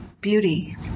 beauty